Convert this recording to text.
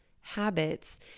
habits